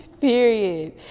period